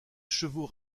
chevaux